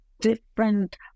different